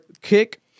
kick